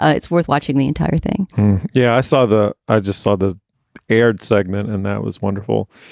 ah it's worth watching the entire thing yeah, i saw the i just saw the ed segment and that was wonderful.